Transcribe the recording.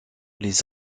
les